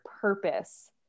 purpose